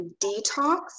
detox